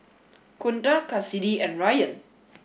Kunta Cassidy and Ryann